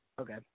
Okay